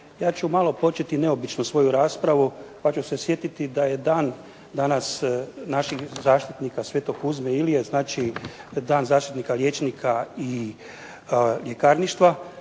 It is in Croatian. ja ću malo početi neobično svoju raspravu pa ću se sjetiti da je dan danas naših zaštitnika Sv. …/Govornik se ne razumije./… Ilije, znači dan zaštitnika liječnika i ljekarništva,